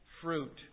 fruit